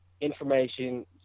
information